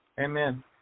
Amen